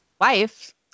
wife